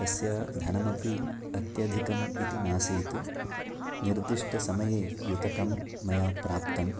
तस्य धनमपि अत्यधिकम् इति नासीत् निर्दिष्टसमये युतकं मया प्राप्तं